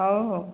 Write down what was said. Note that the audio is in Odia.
ହଉ ହଉ